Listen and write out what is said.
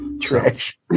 trash